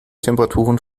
temperaturen